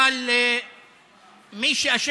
בבקשה,